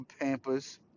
pampers